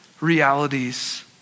realities